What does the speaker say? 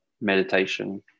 meditation